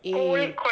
eh